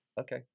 Okay